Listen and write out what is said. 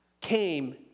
came